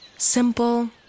simple